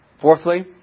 Fourthly